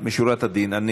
משורת הדין,